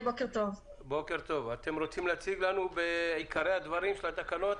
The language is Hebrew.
אתם רוצים להציג לנו את עיקרי הדברים של התקנות?